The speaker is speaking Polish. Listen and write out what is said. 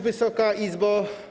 Wysoka Izbo!